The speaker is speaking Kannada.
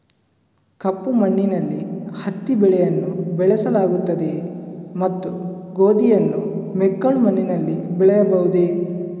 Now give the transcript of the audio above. ಕಪ್ಪು ಮಣ್ಣಿನಲ್ಲಿ ಹತ್ತಿ ಬೆಳೆಯನ್ನು ಬೆಳೆಸಲಾಗುತ್ತದೆಯೇ ಮತ್ತು ಗೋಧಿಯನ್ನು ಮೆಕ್ಕಲು ಮಣ್ಣಿನಲ್ಲಿ ಬೆಳೆಯಬಹುದೇ?